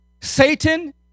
Satan